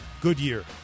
Goodyear